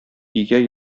өйгә